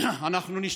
אה, אתה